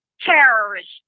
terrorists